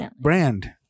Brand